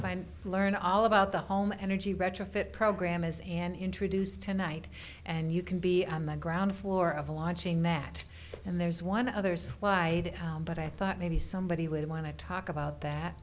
find learn all about the home energy retrofit program is and introduce tonight and you can be on the ground floor of launching that and there's one other slide but i thought maybe somebody would want to talk about that